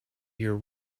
your